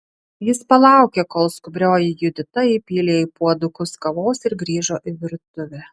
jis palaukė kol skubrioji judita įpylė į puodukus kavos ir grįžo į virtuvę